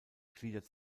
gliedert